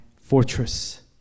fortress